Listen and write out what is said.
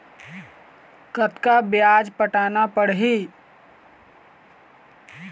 कतका ब्याज पटाना पड़ही?